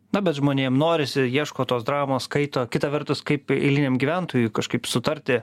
na bet žmonėm norisi ieško tos dramos skaito kita vertus kaip eiliniam gyventojui kažkaip sutarti